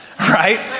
right